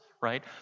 right